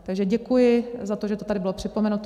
Takže děkuji za to, že to tady bylo připomenuto.